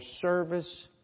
service